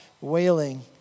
wailing